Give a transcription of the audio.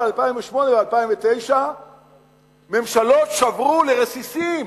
ב-2008 וב-2009 ממשלות שברו לרסיסים